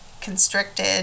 constricted